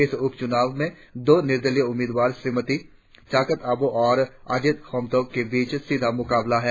इस उप चुनाव में दो निर्दलीय उम्मीदवारों श्रीमती चाकत आबोह और अजेत होमटोक के बीच सीधा मुकाबला है